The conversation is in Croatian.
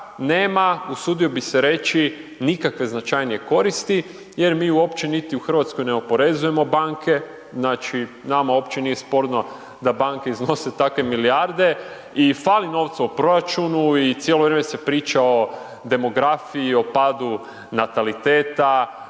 nema usudio bi se reći, nikakve značajnije koristi, jer mi uopće niti u Hrvatskoj ne oporezujemo banke. Znači nama u opće nije sporno da banke iznose takve milijarde i fali novaca u proračunu i cijelo vrijeme se priča o demografiji i o padu nataliteta,